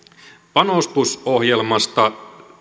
panostusohjelmasta